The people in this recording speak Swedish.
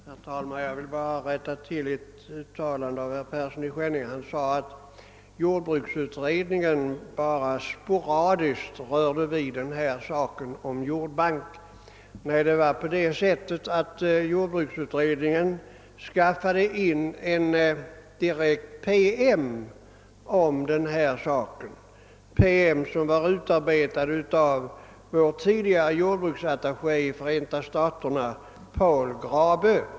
Herr talman! Jag vill bara rätta till ett uttalande av herr Persson i Skänninge. Han sade att jordbruksutredningen endast sporadiskt vidrörde frågan om jordbanken. Det förhöll sig så att jordbruksutredningen fick en promemoria, utarbetad av vår tidigare jordbruksattaché i Förenta staterna Paul Grabö.